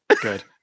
Good